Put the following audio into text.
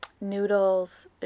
noodles